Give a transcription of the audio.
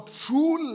true